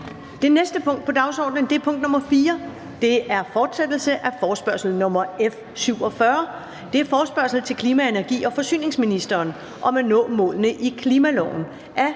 Det næste punkt på dagsordenen er: 4) Fortsættelse af forespørgsel nr. F 47 [afstemning]: Forespørgsel til klima-, energi- og forsyningsministeren om at nå målene i klimaloven. Af